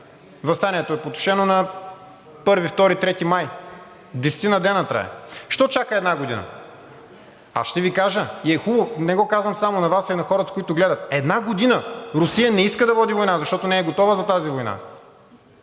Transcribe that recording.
Въстанието е потушено на 1, 2, 3 май – десетина дни трае. Защо чака една година? Аз ще Ви кажа и е хубаво, не го казвам само на Вас, а и на хората, които гледат. Една година Русия не иска да води война, защото не е готова за тази война.